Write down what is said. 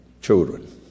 Children